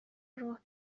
راه